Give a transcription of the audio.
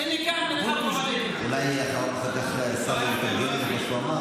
שנה שלמה שאתם מסיתים נגדנו.)